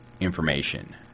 information